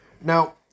Now